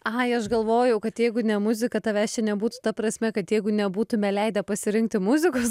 ai aš galvojau kad jeigu ne muzika tavęs čia nebūtų ta prasme kad jeigu nebūtume leidę pasirinkti muzikos